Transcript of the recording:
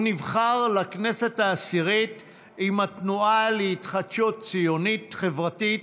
הוא נבחר לכנסת העשירית עם התנועה להתחדשות ציונית חברתית,